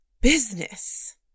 business